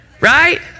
right